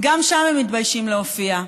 גם שם הם מתביישים להופיע.